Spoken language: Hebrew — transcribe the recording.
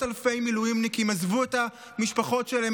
אלפי מילואימניקים עזבו את המשפחות שלהם,